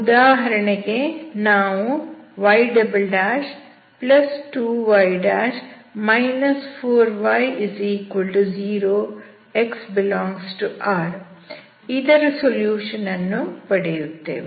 ಉದಾಹರಣೆಗೆ ನಾವು y2y 4y0 x∈R ಇದರ ಸೊಲ್ಯೂಷನ್ ಅನ್ನು ಪಡೆಯುತ್ತೇವೆ